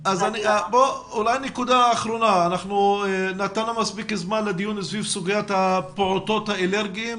מספיק זמן לדיון סביב סוגיית הפעוטות האלרגיים,